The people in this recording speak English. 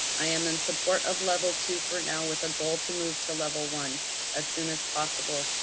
i am in support of level two for now with a goal to move to level one as soon as possible.